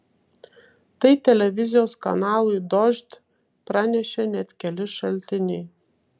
tai televizijos kanalui dožd pranešė net keli šaltiniai